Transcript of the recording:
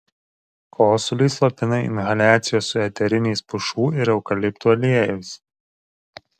kosulį slopina inhaliacijos su eteriniais pušų ir eukaliptų aliejais